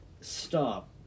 Stop